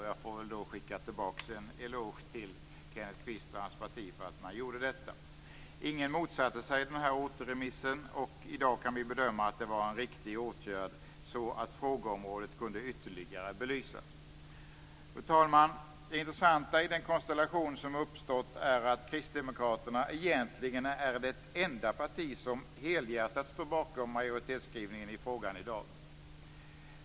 Jag får väl lov att skicka tillbaka en eloge till Kenneth Kvist och hans parti för att de gjorde detta. Ingen motsatte sig återremissen, och i dag kan vi bedöma att det var en riktig åtgärd, så att frågeområdet kunde ytterligare belysas. Det intressanta i den konstellation som uppstått är att Kristdemokraterna egentligen är det enda parti som helhjärtat står bakom majoritetskrivningen i frågan i dag.